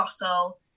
bottle